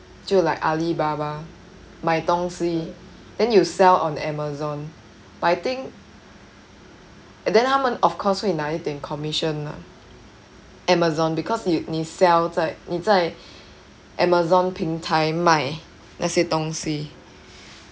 就 like Alibaba 买东西 then you sell on Amazon but I think and then 他们 of course 会拿一点 commission lah Amazon because 你你 sell 在你在 Amazon 平台卖那些东西